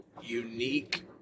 unique